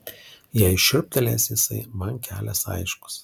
jei šiurptelės jisai man kelias aiškus